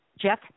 Jeff